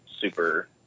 super